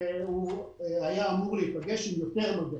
שהוא היה אמור להיפגש עם יותר מגעים.